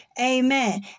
Amen